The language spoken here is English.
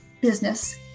business